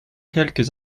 quelques